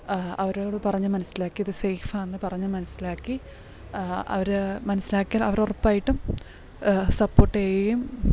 അവരോട് പറഞ്ഞ് മനസ്സിലാക്കി ഇത് സേയ്ഫ് ആണെന്ന് പറഞ്ഞ് മനസ്സിലാക്കി അവർ മനസ്സിലാക്കിയാൽ അവർ ഉറപ്പായിട്ടും സപ്പോട്ട് ചെയ്യുകയും